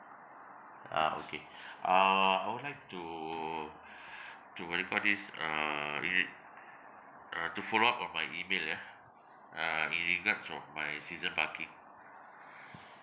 ah okay uh I would like to to what do you call this uh re~ uh to follow up on my email ya uh with regards of my season parking